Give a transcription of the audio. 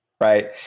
right